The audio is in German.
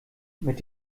mit